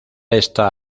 está